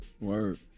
word